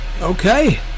Okay